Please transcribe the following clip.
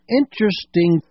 interesting